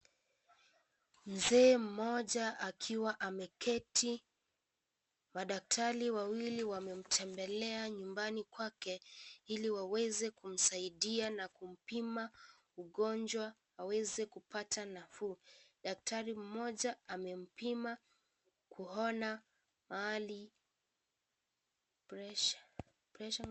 Mzee mmoja akiwa ameketi. Madaktari wawili wamemtembelea nyumbani kwake ili waweze kumsaidia na kumpima ugonjwa aweze kupata nafuu. Daktari mmoja amempima kuona mahali pressure .